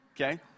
okay